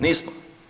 Nismo.